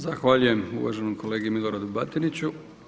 Zahvaljujem uvaženom kolegi Miloradu Batiniću.